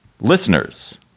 Listeners